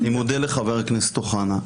אני מודה לחבר הכנסת אוחנה.